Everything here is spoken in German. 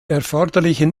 erforderlichen